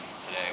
today